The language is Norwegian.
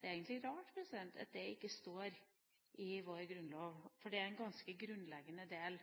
Det er egentlig rart at det ikke står i vår grunnlov, for det er en ganske grunnleggende del